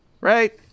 Right